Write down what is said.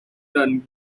than